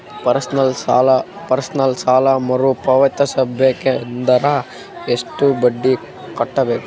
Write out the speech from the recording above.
Personal ಸಾಲ ಮರು ಪಾವತಿಸಬೇಕಂದರ ಎಷ್ಟ ಬಡ್ಡಿ ಕಟ್ಟಬೇಕು?